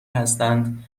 هستند